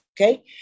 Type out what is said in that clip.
okay